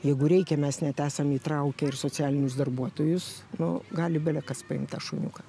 jeigu reikia mes net esame įtraukę ir socialinius darbuotojus nu gali belekas paimt tą šuniuką